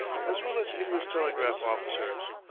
as well as english telegraph officers,